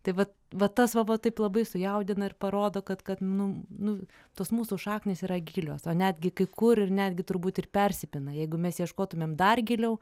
tai vat vat tas va va taip labai sujaudina ir parodo kad kad nu nu tos mūsų šaknys yra gilios o netgi kai kur ir netgi turbūt ir persipina jeigu mes ieškotumėm dar giliau